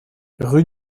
rue